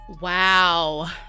Wow